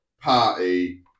Party